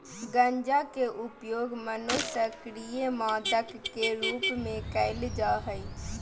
गंजा के उपयोग मनोसक्रिय मादक के रूप में कयल जा हइ